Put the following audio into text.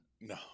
No